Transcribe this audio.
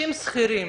שכירים